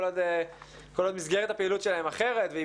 כל עוד מסגרת הפעילות שלהם היא אחרת והיא